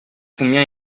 combien